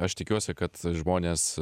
aš tikiuosi kad žmonės